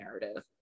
narrative